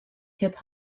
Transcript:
hip